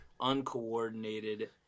uncoordinated